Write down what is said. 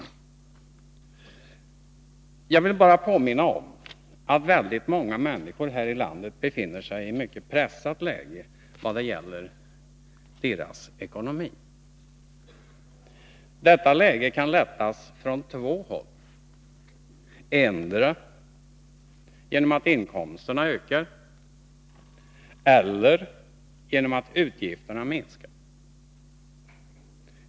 Jag vill bara påminna om att väldigt många människor här i landet befinner sig i ett mycket pressat läge i vad gäller deras ekonomi. Detta läge kan lättas från två håll, antingen genom att inkomsterna ökar eller genom att utgifterna minskar.